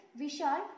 Vishal